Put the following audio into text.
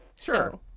Sure